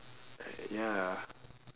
ya